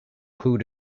who